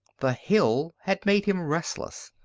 the hill had made him restless.